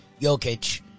Jokic